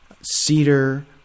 cedar